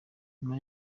nyuma